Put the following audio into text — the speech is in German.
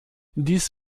dies